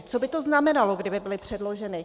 Co by to znamenalo, kdyby byly předloženy?